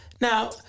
Now